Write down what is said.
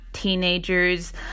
teenagers